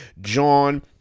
John